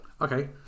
Okay